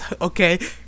Okay